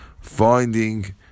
finding